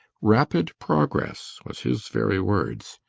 rapid progress was his very words.